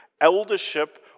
eldership